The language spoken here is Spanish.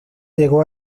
llegó